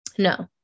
No